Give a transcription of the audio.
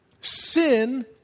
sin